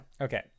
okay